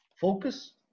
focus